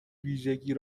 ویژگی